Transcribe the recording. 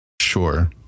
Sure